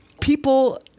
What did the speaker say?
people